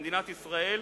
במדינת ישראל,